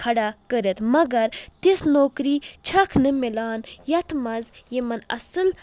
کھڑا کٔرتھ مگر تِژھ نوکٔری چھکھ نہٕ مِلان یتھ منٛز یِمن اصل